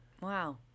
Wow